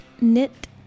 knit